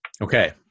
Okay